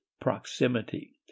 proximity